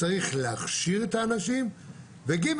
צריך להכשיר את האנשים; וג',